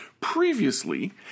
Previously